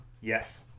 Yes